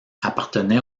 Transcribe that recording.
appartenait